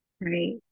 Right